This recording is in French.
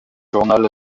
journal